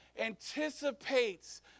anticipates